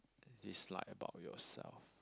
dislike about yourself